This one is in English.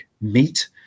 meat